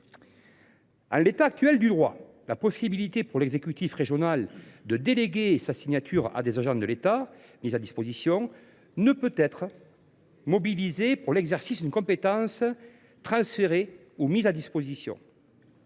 En l’état actuel du droit, la possibilité pour l’exécutif régional de déléguer sa signature à des agents de l’État mis à disposition ne peut être mobilisée pour l’exercice d’une compétence transférée ou mise à disposition.